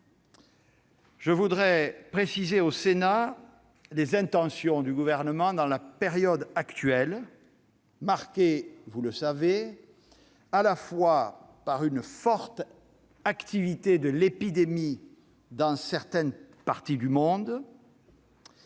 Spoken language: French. Je tiens à préciser au Sénat les intentions du Gouvernement dans la période actuelle, marquée- vous le savez -à la fois par une forte activité de l'épidémie dans certaines parties du monde